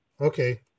Okay